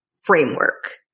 framework